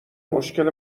مشکل